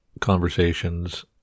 conversations